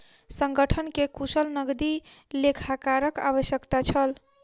संगठन के कुशल सनदी लेखाकारक आवश्यकता छल